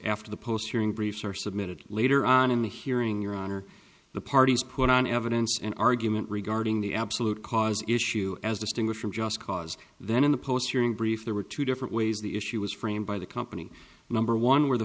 after the post hearing briefs are submitted later on in the hearing your honor the parties put on evidence and argument regarding the absolute cause issue as distinguished from just cause then in the post hearing brief there were two different ways the issue was framed by the company number one where the